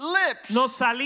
lips